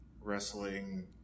wrestling